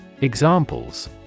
Examples